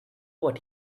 what